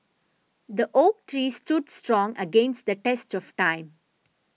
the oak tree stood strong against the test of time